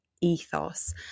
ethos